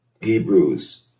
Hebrews